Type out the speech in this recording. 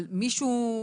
אבל מישהו,